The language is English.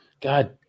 God